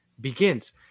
begins